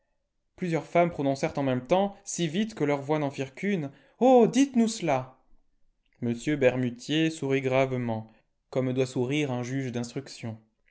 plusieurs femmes prononcèrent en même temps si vite que leurs voix n'en firent qu'une oh dites-nous cela m bermutier sourit gravement comme doit sourire un juge d'instruction